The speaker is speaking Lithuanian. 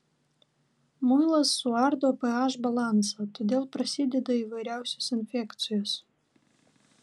muilas suardo ph balansą todėl prasideda įvairiausios infekcijos